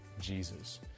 Jesus